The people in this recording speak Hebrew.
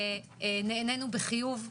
ונענינו בחיוב,